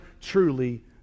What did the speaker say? truly